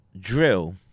drill